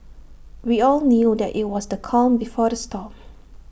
we all knew that IT was the calm before the storm